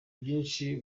nyinshi